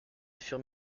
furent